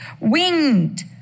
winged